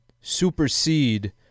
supersede